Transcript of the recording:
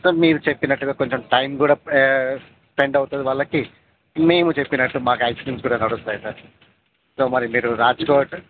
so మీరు చెప్పినట్టుగా కొంచెం టైం కూడా స్పెండ్ అవుతుంది వాళ్ళకి మేము చెప్పినట్టు మాకు ఐస్ క్రీమ్స్ కూడా నడుస్తాయి సార్ సో మరి మీరు రాజ్కోట్